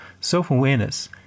self-awareness